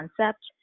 concept